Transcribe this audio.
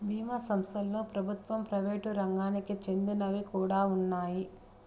బీమా సంస్థలలో ప్రభుత్వ, ప్రైవేట్ రంగాలకి చెందినవి కూడా ఉన్నాయి